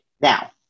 Now